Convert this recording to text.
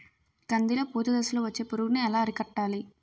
కందిలో పూత దశలో వచ్చే పురుగును ఎలా అరికట్టాలి?